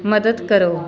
ਮਦਦ ਕਰੋ